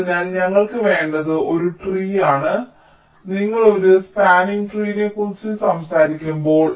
അതിനാൽ ഞങ്ങൾക്ക് വേണ്ടത് ഒരു ട്രീ ആണ് നിങ്ങൾ ഒരു സ്പാനിങ് ട്രീനെക്കുറിച്ച് സംസാരിക്കുമ്പോൾ